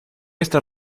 esta